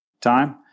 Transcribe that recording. time